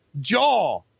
jaw